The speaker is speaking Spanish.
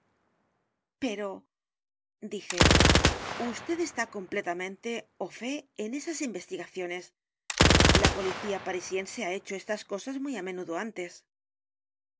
o dije vd está completamente au faü en esas investigaciones la policía parisiense ha hecho estas cosas muy á menudo antes